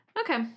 okay